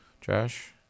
Josh